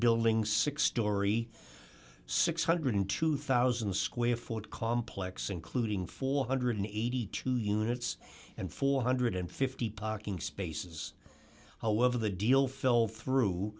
building six story six hundred and two thousand square foot complex including four hundred and eighty two dollars units and four hundred and fifty parking spaces however the deal fell through